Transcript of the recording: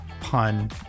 pun